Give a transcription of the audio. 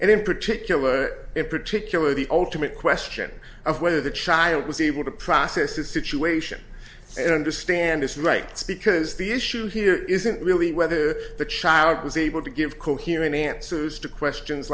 in particular in particular the ultimate question of whether the child was able to process the situation and understand his rights because the issue here isn't really whether the child was able to give coherent answers to questions